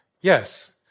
Yes